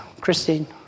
Christine